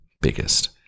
biggest